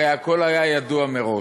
הרי הכול היה ידוע מראש.